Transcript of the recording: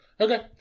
okay